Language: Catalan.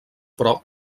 però